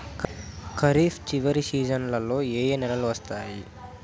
ఖరీఫ్ చివరి సీజన్లలో ఏ ఏ నెలలు వస్తాయి